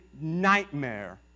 nightmare